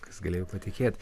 kas galėjo patikėti